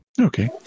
okay